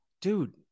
dude